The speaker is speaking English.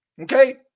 okay